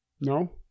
No